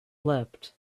leapt